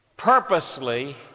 purposely